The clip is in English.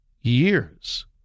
years